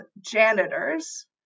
janitors